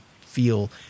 feel